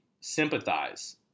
sympathize